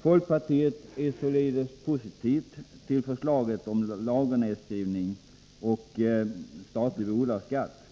Folkpartiet är således positivt till förslagen om lagernedskrivning och statlig bolagsskatt.